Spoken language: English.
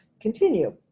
continue